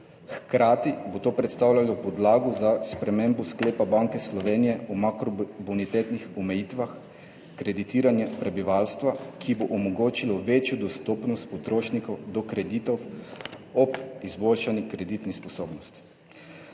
Hkrati bo to predstavljalo podlago za spremembo sklepa Banke Slovenije o makrobonitetnih omejitvah kreditiranja prebivalstva, ki bo omogočilo večjo dostopnost potrošnikov do kreditov ob izboljšani kreditni sposobnosti.